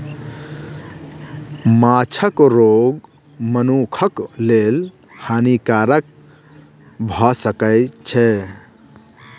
माँछक रोग मनुखक लेल हानिकारक भअ सकै छै